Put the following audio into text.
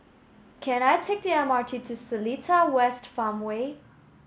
can I take the M R T to Seletar West Farmway